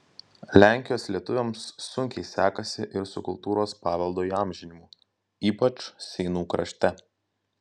lenkijos lietuviams sunkiai sekasi ir su kultūros paveldo įamžinimu ypač seinų krašte